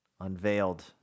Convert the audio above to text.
unveiled